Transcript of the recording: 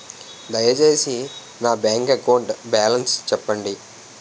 దయచేసి నా bank account balance చెప్పండి